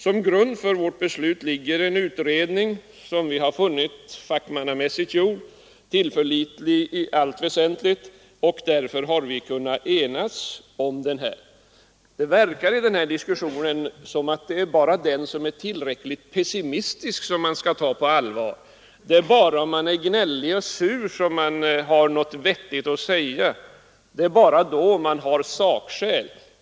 Som grund för vårt beslut ligger en utredning som har befunnits fackmannamässigt gjord och tillförlitlig i allt väsentligt, och därför har vi kunnat enas. Det verkar i den här diskussionen som om det är bara den som är tillräckligt pessimistisk som man skall ta på allvar — det är bara den som är gnällig och sur som har någonting vettigt att säga, det är bara den som har sakskäl.